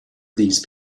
these